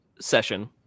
session